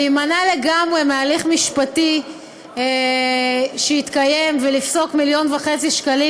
להימנע לגמרי מהליך משפטי שיתקיים ולפסוק 1.5 מיליון שקלים,